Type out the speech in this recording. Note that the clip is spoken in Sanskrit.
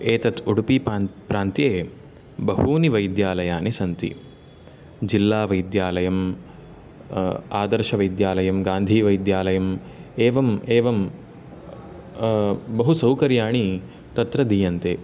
एतत् उडुपिपान्त् प्रान्त्ये बहूनि वैद्यालयानि सन्ति जिल्लावैद्यालयं आदर्शवैद्यालयं गान्धीवैद्यालयम् एवम् एवं बहु सौकर्याणि तत्र दीयन्ते